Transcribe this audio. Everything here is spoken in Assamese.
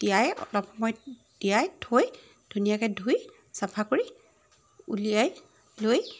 তিয়াই অলপ সময় তিয়াই থৈ ধুনীয়াকৈ ধুই চফা কৰি উলিয়াই লৈ